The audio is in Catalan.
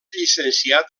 llicenciat